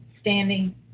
standing